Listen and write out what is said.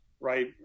right